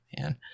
man